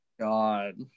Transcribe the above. god